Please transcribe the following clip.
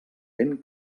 ben